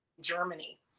Germany